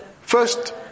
First